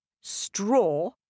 straw